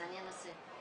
אני אנסה.